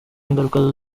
ngaruka